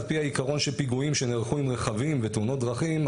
על פי העיקרון של פיגועים שנערכו עם רכבים ותאונות דרכים,